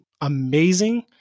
amazing